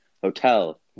Hotel